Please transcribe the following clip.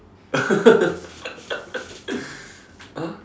!huh!